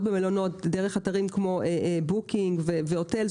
במלונות דרך אתרים כמו בוקינג והוטל,